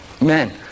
Men